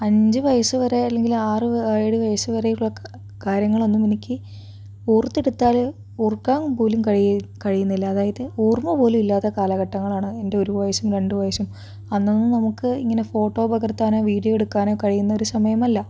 അഞ്ചു വയസ്സ് വരെ അല്ലെങ്കിൽ ആറ് ഏഴ് വയസ്സ് വരെയുള്ള ക് കാര്യങ്ങളൊന്നും എനിക്ക് ഓർത്തെടുത്താൽ ഓർക്കാൻ പോലും കഴിയുക കഴിയുന്നില്ല അതായത് ഓർമ്മ പോലും ഇല്ലാത്ത കാലഘട്ടങ്ങളാണ് എന്റെ ഒരു വയസ്സും രണ്ട് വയസ്സും അന്നൊന്നും നമുക്ക് ഇങ്ങനെ ഫോട്ടോ പകർത്താനൊ വീഡിയോ എടുക്കാനോ കഴിയുന്ന ഒരു സമയമല്ല